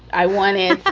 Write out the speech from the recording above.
i want it,